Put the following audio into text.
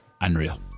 Unreal